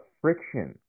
friction